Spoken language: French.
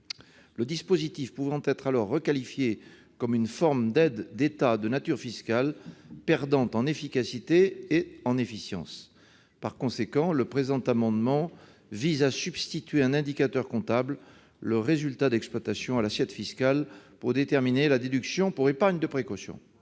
le dispositif pouvant être requalifié comme une forme d'aide d'État de nature fiscale et perdant en efficacité. Par conséquent, le présent amendement vise à substituer un indicateur comptable, le résultat d'exploitation, à l'assiette fiscale pour déterminer la déduction pour épargne de précaution.